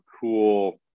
cool